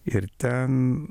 ir ten